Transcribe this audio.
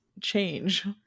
change